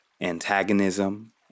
antagonism